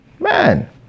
Man